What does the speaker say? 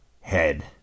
head